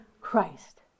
Christ